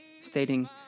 stating